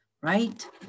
right